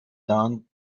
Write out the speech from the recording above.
done